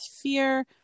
fear